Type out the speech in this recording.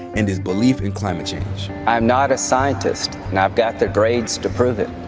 and his belief in climate change. i'm not a scientist. and i've got the grades to prove it.